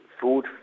food